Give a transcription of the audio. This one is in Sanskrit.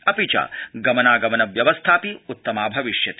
अपि च गमनागमन व्यवस्थापि उत्तमा भविष्यति